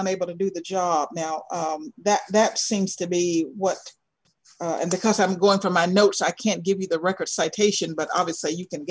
unable to do the job now that that seems to be west and because i'm going to my notes i can't give you the records citation but obviously you can